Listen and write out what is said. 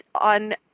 on